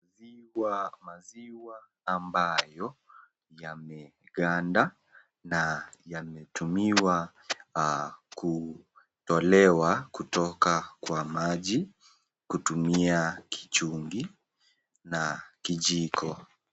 Maziwa ambayo yameganda na yametumiwa kutolewa kutoka kwa maji kutumia kichungi na kijiko.